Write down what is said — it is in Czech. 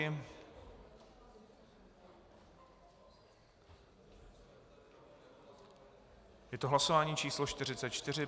Je to hlasování číslo 44.